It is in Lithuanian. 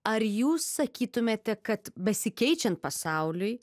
ar jūs sakytumėte kad besikeičiant pasauliui